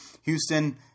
Houston –